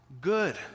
good